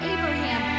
Abraham